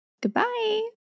goodbye